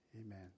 Amen